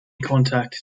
contact